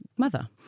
mother